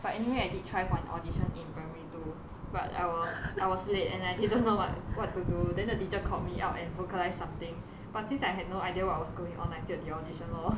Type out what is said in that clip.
but anyway I did try for an audition in primary two but I was I was late and I didn't know what what to do then the teacher called me out and vocalized something but since I had no idea what was going on I failed the audition lor